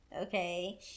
okay